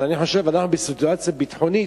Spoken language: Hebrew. אבל אני חושב שאנחנו בסיטואציה ביטחונית,